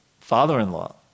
father-in-law